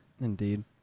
Indeed